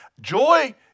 joy